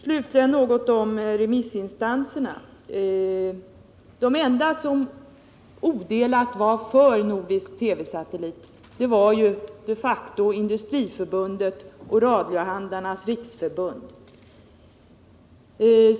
Slutligen något om remissinstanserna. De enda som var odelat för en nordisk satellit var de facto Industriförbundet och Sveriges radiohandlares riksförbund.